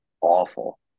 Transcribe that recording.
awful